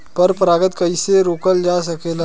पर परागन कइसे रोकल जा सकेला?